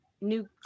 new